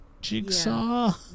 Jigsaw